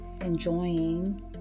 enjoying